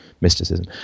mysticism